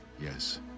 Yes